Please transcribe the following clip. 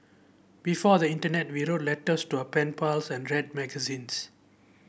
before the internet we wrote letters to our pen pals and read magazines